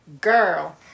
girl